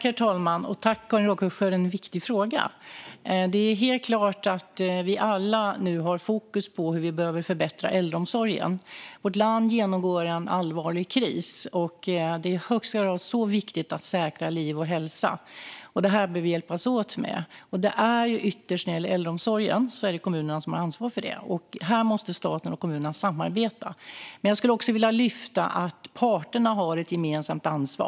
Herr talman! Tack, Karin Rågsjö, för en viktig fråga! Det är helt klart att vi alla nu har fokus på hur vi behöver förbättra äldreomsorgen. Vårt land genomgår en allvarlig kris, och det är i högsta grad viktigt att säkra liv och hälsa. Det behöver vi hjälpas åt med. När det gäller äldreomsorgen är det ytterst kommunerna som har ansvar. Här måste staten och kommunerna samarbeta. Jag skulle också vilja lyfta fram att parterna har ett gemensamt ansvar.